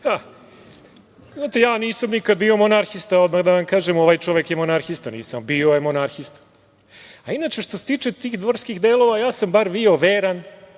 ja nikada nisam bio monarhista, odmah da vam kažem, ovaj čovek je monarhista, bio je monarhista. Inače, što se tiče tih dvorskih delova, ja sam bar bio veran